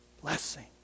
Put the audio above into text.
blessing